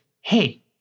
hey